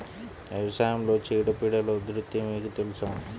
వ్యవసాయంలో చీడపీడల ఉధృతి మీకు తెలుసా?